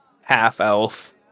half-elf